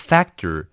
Factor